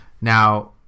Now